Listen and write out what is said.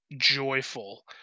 joyful